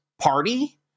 party